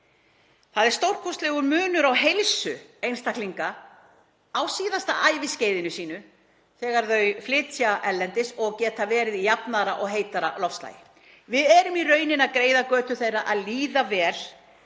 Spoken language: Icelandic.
Það er stórkostlegur munur á heilsu einstaklinga á síðasta æviskeiðinu sínu þegar þau flytja erlendis og geta verið í jafnara og heitara loftslagi. Við erum í rauninni að stuðla að því